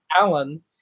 Alan